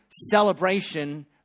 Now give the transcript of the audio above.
celebration